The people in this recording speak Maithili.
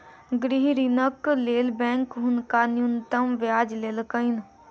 गृह ऋणक लेल बैंक हुनका न्यूनतम ब्याज लेलकैन